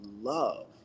love